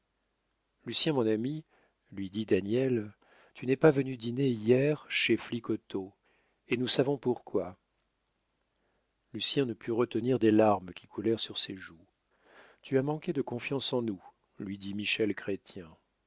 amis lucien mon ami lui dit daniel tu n'es pas venu dîner hier chez flicoteaux et nous savons pourquoi lucien ne put retenir des larmes qui coulèrent sur ses joues tu as manqué de confiance en nous lui dit michel